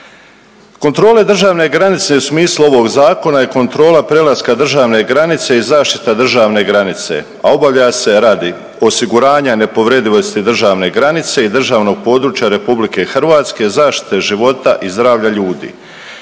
Kontrole državne granice u smislu ovog zakona je kontrola prelaska državne granice i zaštita državne granice, a obavlja se radi osiguranja nepovredivosti državne granice i državnog područja RH, zašite života i zdravlja ljudi,